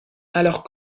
alors